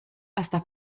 hasta